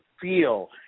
feel